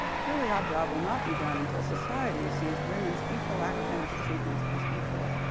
clearly our job will not be done until society sees women's equal academic achievements as equal.